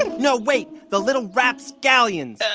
and no. wait. the little rapscallions.